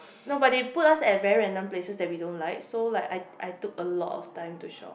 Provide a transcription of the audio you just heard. nobody put us and very random places that we don't like so like I I took a lot of time to shop